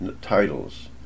titles